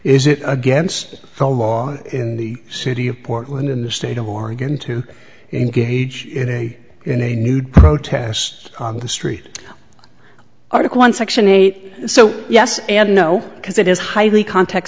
is it against the law in the city of portland in the state of oregon to engage in a nude protest on the street article one section eight so yes and no because it is highly cont